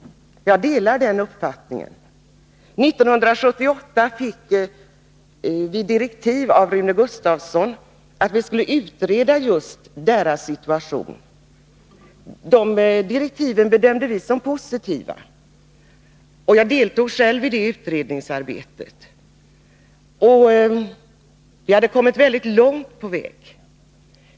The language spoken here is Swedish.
Jag delar den uppfattningen. 1978 fick vi direktiv av Rune Gustavsson att utreda de deltidsanställdas situation. De direktiven bedömde vi som positiva. Jag deltog själv i utredningsarbetet. Vi hade kommit väldigt långt på väg.